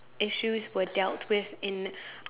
issues were dealt with in